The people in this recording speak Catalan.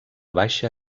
baixa